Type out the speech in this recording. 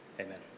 Amen